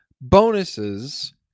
bonuses